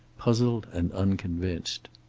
puzzled and unconvinced.